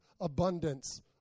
abundance